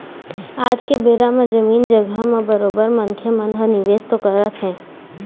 आज के बेरा म जमीन जघा म बरोबर मनखे मन ह निवेश तो करत हें